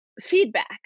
feedback